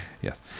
Yes